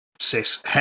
cis